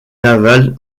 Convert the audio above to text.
navale